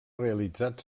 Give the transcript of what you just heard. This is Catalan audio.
realitzat